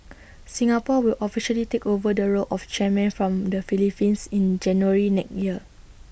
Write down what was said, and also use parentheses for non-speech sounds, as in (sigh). (noise) Singapore will officially take over the role of chairman from the Philippines in January next year